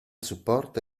supporta